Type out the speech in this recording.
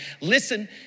Listen